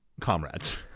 comrades